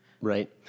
Right